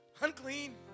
unclean